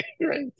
Right